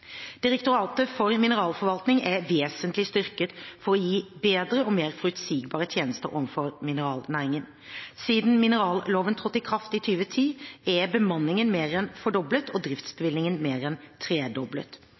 Direktoratet for mineralforvaltning er vesentlig styrket for å gi bedre og mer forutsigbare tjenester overfor mineralnæringen. Siden mineralloven trådte i kraft i 2010, er bemanningen mer enn fordoblet og driftsbevilgningen mer enn tredoblet.